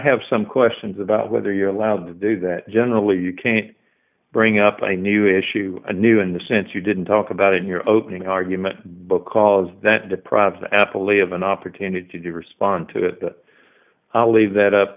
have some questions about whether you're allowed to do that generally you can bring up a new issue a new in the sense you didn't talk about in your opening argument because that deprives the happily of an opportunity to respond to that i will leave that up